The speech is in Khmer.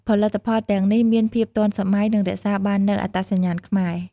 ផលិតផលទាំងនេះមានភាពទាន់សម័យ និងរក្សាបាននូវអត្តសញ្ញាណខ្មែរ។